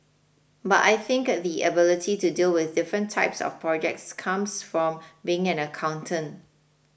but I think the ability to deal with different types of projects comes from being an accountant